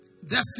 Destiny